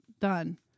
done